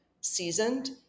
seasoned